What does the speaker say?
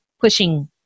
pushing